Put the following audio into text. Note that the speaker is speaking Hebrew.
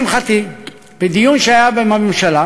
לשמחתי, בדיון בממשלה